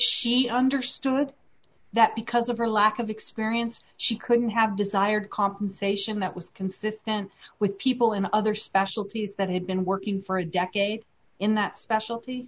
she understood that because of her lack of experience she couldn't have desired compensation that was consistent with people in other specialties that had been working for a decade in that specialty